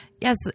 Yes